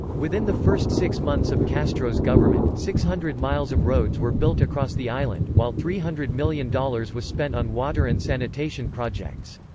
within the first six months of castro's government, six hundred miles of roads were built across the island, while three hundred million dollars was spent on water and sanitation projects.